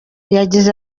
yagize